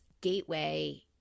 gateway